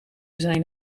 zijn